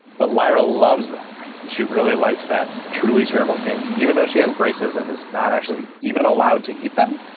but lyra loves them and she really likes that truly terrible candy, even though she has braces and is not actually even allowed to eat them.